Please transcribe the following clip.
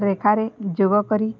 ରେଖାରେ ଯୋଗ କରି